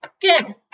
Good